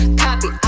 copy